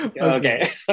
Okay